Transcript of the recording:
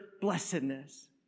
blessedness